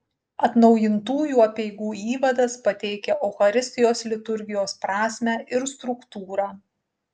atnaujintųjų apeigų įvadas pateikia eucharistijos liturgijos prasmę ir struktūrą